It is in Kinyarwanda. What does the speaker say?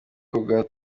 kizwi